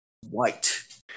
white